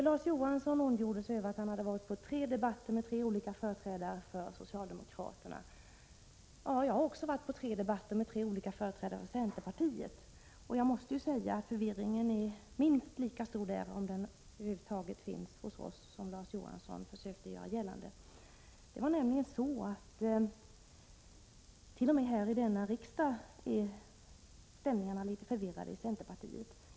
Larz Johansson ondgjorde sig över att han hade fått vara med om tre debatter med tre olika företrädare för socialdemokraterna. Jag har också varit på tre debatter med tre olika företrädare för centerpartiet, och jag måste säga att förvirringen var minst lika stor där — om det över huvud taget råder någon förvirring hos socialdemokraterna, som Larz Johansson försökte göra gällande. T. o. m. här i riksdagen är ställningarna inom centerpartiet litet förvirrade.